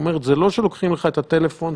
תבנה אותו באיכונים עד הסוף,